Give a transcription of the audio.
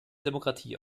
demokratie